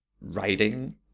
writing